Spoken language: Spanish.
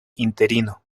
interino